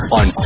on